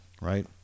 right